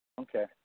Okay